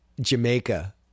Jamaica